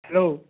hello